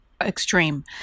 extreme